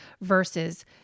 versus